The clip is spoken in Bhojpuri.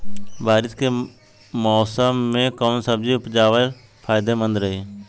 बारिश के मौषम मे कौन सब्जी उपजावल फायदेमंद रही?